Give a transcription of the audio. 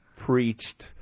preached